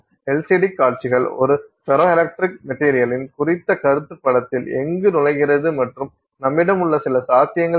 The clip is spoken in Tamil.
LCD காட்சிகள் ஒரு ஃபெரோ எலக்ட்ரிக் மெட்டீரியளின் குறித்த கருத்து படத்தில் எங்கு நுழைகிறது மற்றும் நம்மிடம் உள்ள சில சாத்தியங்கள் என்ன